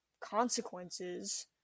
consequences